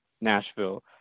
Nashville